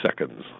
seconds